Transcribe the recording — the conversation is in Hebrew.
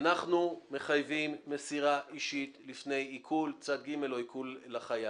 אנחנו מחייבים מסירה אישית לפני עיקול צד ג' או עיקול לחייב.